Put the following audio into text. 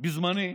בזמני,